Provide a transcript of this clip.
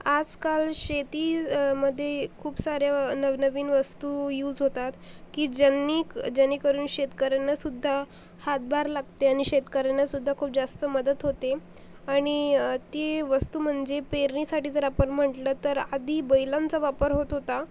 आजकाल शेती मध्ये खूप साऱ्या नवनवीन वस्तू यूज होतात की ज्यांनी जेणेकरून शेतकऱ्यांनासुध्दा हातभार लागते आणि शेतकऱ्यांनासुध्दा खूप जास्त मदत होते आणि ती वस्तू म्हणजे पेरणीसाठी जर आपण म्हटलं तर आधी बैलांचा वापर होत होता